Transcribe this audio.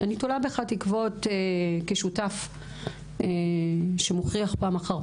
אני תולה בך תקוות כשותף שמוכיח פעם אחר